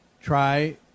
try